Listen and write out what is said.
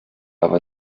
aber